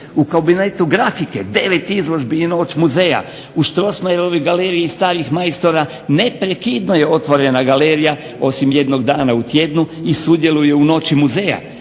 U kabinetu grafike 9 izložbi i "Noć muzeja". U Strossmayerovoj galeriji starih majstora neprekidno je otvorena galerija osim jednog dana u tjednu i sudjeluje u "Noći muzeja".